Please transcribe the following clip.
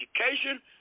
education